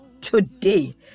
today